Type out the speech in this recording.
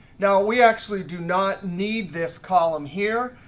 now we actually do not need this column here.